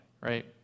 right